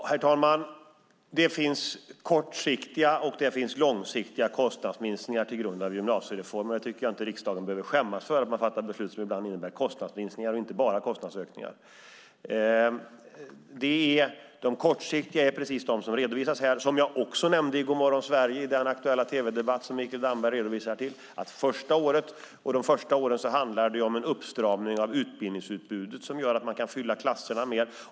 Herr talman! Det finns kortsiktiga och det finns långsiktiga kostnadsminskningar till grund för gymnasiereformen. Jag tycker inte att riksdagen behöver skämmas för att man fattar beslut som ibland innebär kostnadsminskningar och inte bara kostnadsökningar. De kortsiktiga är just de som redovisas här och som jag nämnde i Gomorron Sverige i den aktuella tv-debatt Mikael Damberg hänvisar till. De första åren handlar det om en uppstramning av utbildningsutbudet som gör att man kan fylla klasserna mer.